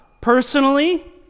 personally